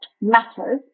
matters